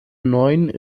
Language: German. neun